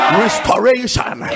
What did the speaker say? restoration